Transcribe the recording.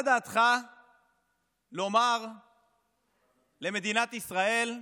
מה דעתך לומר למדינת ישראל: